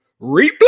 replay